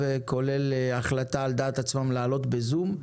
כולל החלטה על דעת עצמם לעלות בזום.